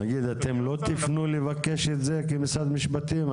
נגיד אתם לא תפנו לבקש את זה כמשרד משפטים?